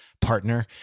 partner